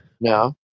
No